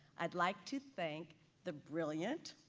i'd like to thank the brilliant,